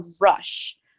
rush